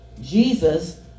Jesus